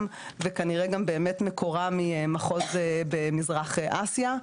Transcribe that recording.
וכנראה שמקורה הוא במחוז במזרח אסיה.